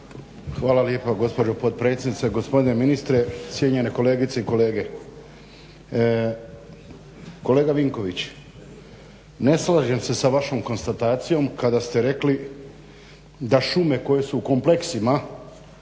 Hvala lijepo gospođo potpredsjednice. Gospodine ministre, cijenjene kolegice i kolege. Kolega Vinković, ne slažem se s vašom konstatacijom kada ste rekli da šume koje su u kompleksima